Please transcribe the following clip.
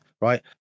right